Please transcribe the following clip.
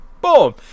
Boom